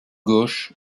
gauche